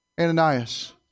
Ananias